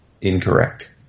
Incorrect